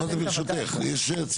בבקשה.